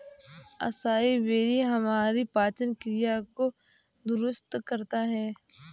acai berry हमारी पाचन क्रिया को दुरुस्त करता है